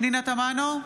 פנינה תמנו,